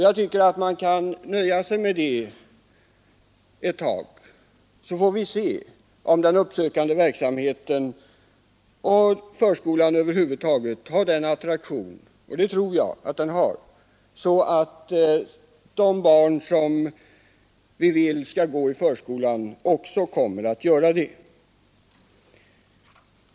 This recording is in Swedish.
Jag tycker att vi kan nöja oss med det ett tag, så får vi se om den uppsökande verksamheten lyckas och om förskolan över huvud taget har den attraktionen — det tror jag den har — att de barn som vi vill skall gå i förskolan också kommer att göra det.